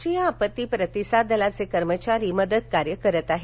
राष्ट्रीय आपत्ती प्रतिसाद दलाचे कर्मचारी मदत कार्य करत आहेत